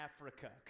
Africa